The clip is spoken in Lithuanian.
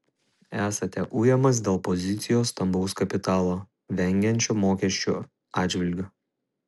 esate ujamas dėl pozicijos stambaus kapitalo vengiančio mokesčių atžvilgiu